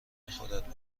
خودت